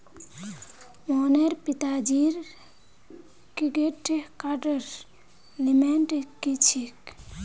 मोहनेर पिताजीर क्रेडिट कार्डर लिमिट की छेक